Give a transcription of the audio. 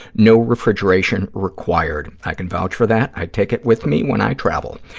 no refrigeration required. i can vouch for that. i take it with me when i travel.